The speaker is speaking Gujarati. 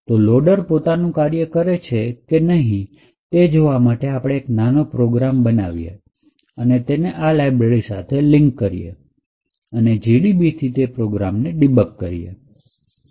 તો લોડર પોતાનું કાર્ય કરે છે કે નહીં એ જોવા માટે આપણે એક નાનો પ્રોગ્રામ બનાવી શકીએ અને તેને આ લાઇબ્રેરી સાથે લિંક કરી શકીએ અને gdb થી તે પ્રોગ્રામને ડિબગ કરી શકીએ